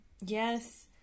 yes